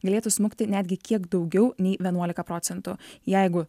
galėtų smukti netgi kiek daugiau nei vienuolika procentų jeigu